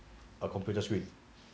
a computers screen